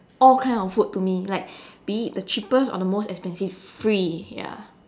all kind of food to me like be it the cheapest or the most expensive free ya